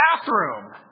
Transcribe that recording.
bathroom